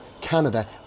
Canada